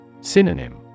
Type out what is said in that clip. Synonym